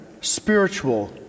spiritual